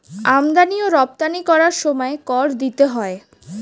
আমদানি ও রপ্তানি করার সময় কর দিতে হয়